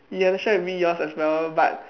you have to share with me yours as well but